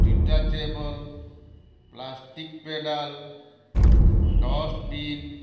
detachable plastic pedal dustbin